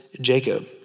Jacob